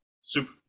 super